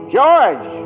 George